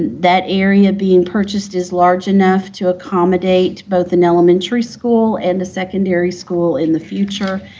that area being purchased is large enough to accommodate both an elementary school and a secondary school in the future,